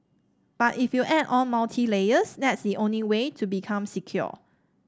but if you add on multiple layers that's the only way to become secure